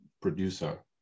producer